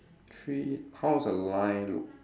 three how's the line look